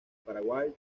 paraguay